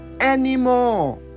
anymore